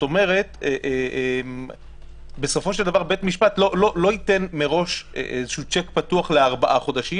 כלומר בית המשפט לא ייתן מראש צ'ק פתוח לארבעה חודשים